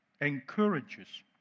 Encourages